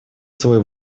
свой